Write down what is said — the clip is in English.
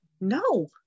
no